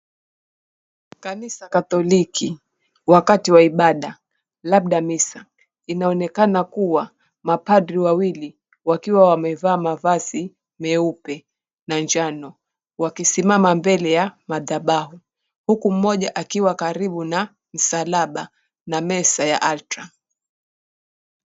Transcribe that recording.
Kanisa katoliki, wakati wa ibada, labda misa. Inaonekana kuwa, mapadri wawili, wakiwa wamevaa mavazi meupe na njano, wakisimama mbele ya madhabahu. Huku mmoja akiwa karibu na msalaba na meza ya altar .